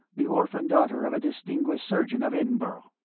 the orphaned daughter of a distinguished surgeon of edinburg.